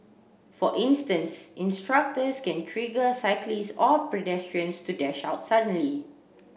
for instance instructors can trigger cyclists or pedestrians to dash out suddenly